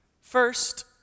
first